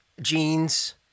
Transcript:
jeans